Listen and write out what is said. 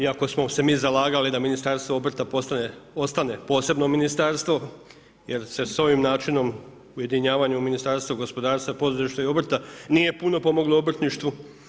Iako smo se mi zalagali da Ministarstvo obrta postane, ostane posebno ministarstvo jer se s ovim načinom ujedinjavanjem Ministarstvo gospodarstvo poduzetništva i obrta nije puno pomoglo i obrtništvu.